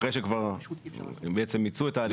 אחרי שמיצו את ההליכים.